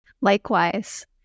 Likewise